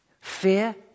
Fear